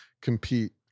compete